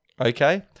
okay